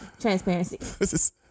transparency